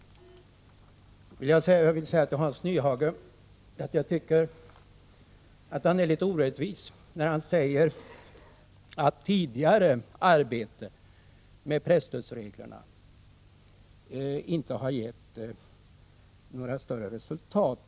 Jag vill säga till Hans Nyhage att jag tycker han är litet orättvis när han säger att det tidigare arbetet med presstödsreglerna inte har gett några större resultat.